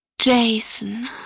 Jason